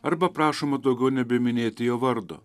arba prašoma daugiau nebeminėti jo vardo